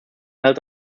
held